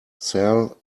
sal